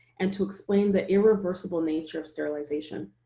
and to explain the irreversible nature of sterilization,